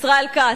ישראל כץ,